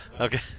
Okay